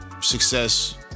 Success